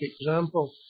example